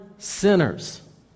sinners